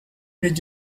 did